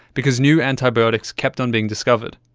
because new antibiotics kept on being discovered.